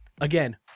Again